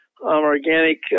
organic